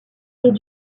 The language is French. est